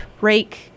rake